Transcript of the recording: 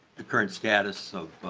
the current status of